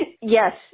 Yes